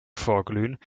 vorglühen